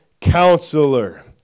Counselor